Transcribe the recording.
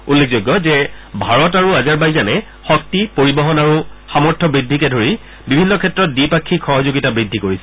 উল্লেখযোগ্য যে ভাৰত আৰু আজাৰবাইজানে শক্তি পৰিবহণ আৰু সামৰ্থ্য বৃদ্ধিকে ধৰি বিভিন্ন ক্ষেত্ৰত দ্বিপাক্ষিক সহযোগিতা বৃদ্ধি কৰিছে